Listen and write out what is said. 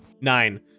Nine